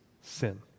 sin